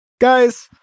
Guys